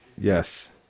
Yes